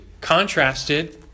contrasted